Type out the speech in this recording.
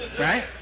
right